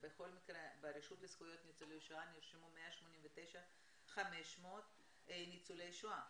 ברשות לזכויות ניצולי השואה נרשמו 189,500 ניצולי שואה,